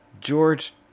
George